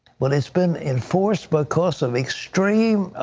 but it's been enforced because of extreme